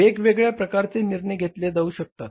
वेगवेगळ्या प्रकारचे निर्णय घेतले जाऊ शकतात